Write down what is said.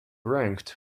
ranked